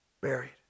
Buried